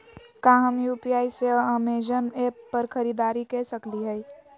का हम यू.पी.आई से अमेजन ऐप पर खरीदारी के सकली हई?